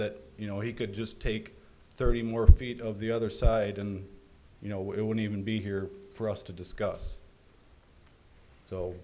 that you know he could just take thirty more feet of the other side and you know it wouldn't even be here for us to discuss so